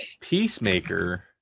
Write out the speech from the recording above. peacemaker